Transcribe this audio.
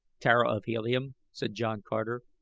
tara of helium, said john carter.